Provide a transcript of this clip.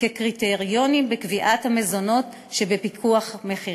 כקריטריונים בקביעת המזונות שבפיקוח המחירים.